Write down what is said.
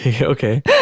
okay